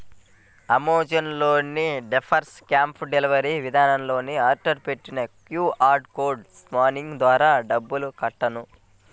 Amazon లో diapers cash delivery విధానంలో order పెట్టి క్యూ.ఆర్ కోడ్ స్కానింగ్ ద్వారా డబ్బులు కట్టాను